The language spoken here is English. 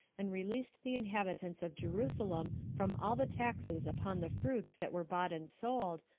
and released the inhabitants of jerusalem from all the taxes upon the fruits that were bought and sold,